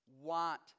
want